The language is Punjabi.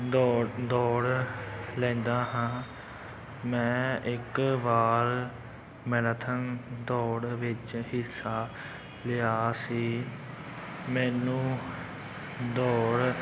ਦੋੜ ਦੌੜ ਲੈਂਦਾ ਹਾਂ ਮੈਂ ਇੱਕ ਵਾਰ ਮੈਰਾਥਨ ਦੌੜ ਵਿੱਚ ਹਿੱਸਾ ਲਿਆ ਸੀ ਮੈਨੂੰ ਦੌੜ